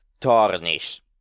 tarnish